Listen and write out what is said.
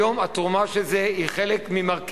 היום התרומה של זה היא חלק ממרכיבי